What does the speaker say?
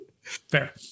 Fair